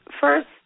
first